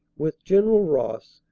with general ross,